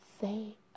say